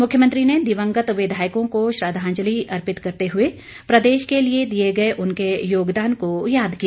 मुख्यमंत्री ने दिवंगत विधायकों को श्रद्वांजलि अर्पित करते हुए प्रदेश के लिए दिए गए उनके योगदान को याद किया